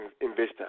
investors